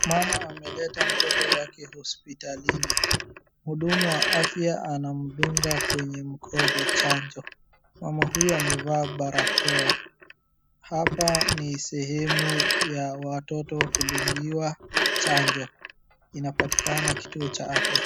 Mama ameleta mtoto wake hospitalini. Mhudumu wa afya anamdunga kwenye mkono chanjo. Mama huyo amevaa barakoa. Hapa ni sehemu ya watoto kudungiwa chanjo. Inapatikana kituo cha afya.